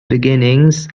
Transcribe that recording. beginnings